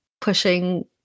pushing